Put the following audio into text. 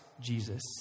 Jesus